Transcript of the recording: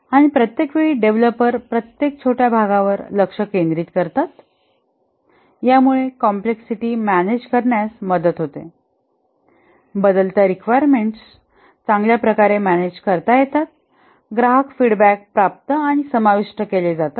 आणि प्रत्येक वेळी डेव्हलपर प्रत्येक छोट्या भागावर लक्ष केंद्रित करतात यामुळे कॉम्प्लेक्सिटी मॅनेज करण्यास मदत होते बदलत्या रिक्वायरमेंट्स चांगल्या प्रकारे मॅनेज करता येता ग्राहक फीडबॅक प्राप्त आणि समाविष्ट केले जातात